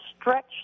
stretch